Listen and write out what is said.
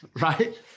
right